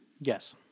Yes